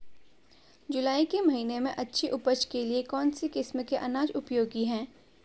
जुलाई के महीने में अच्छी उपज के लिए कौन सी किस्म के अनाज उपयोगी हैं?